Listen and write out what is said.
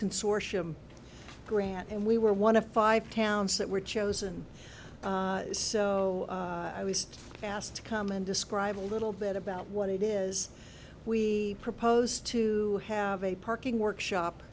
consortium grant and we were one of five towns that were chosen so i was asked to come and describe a little bit about what it is we propose to have a parking workshop